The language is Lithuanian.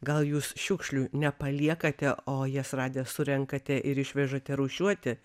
gal jūs šiukšlių nepaliekate o jas radę surenkate ir išvežate rūšiuoti